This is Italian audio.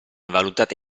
valutata